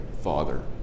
father